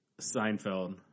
Seinfeld